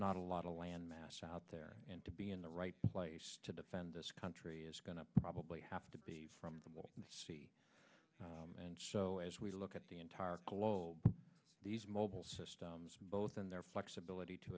not a lot of landmass out there and to be in the right place to defend this country is going to probably have to be and so as we look at the entire globe these mobile systems both in their flexibility to